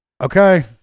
Okay